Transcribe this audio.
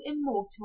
immortal